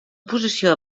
posició